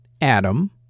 Adam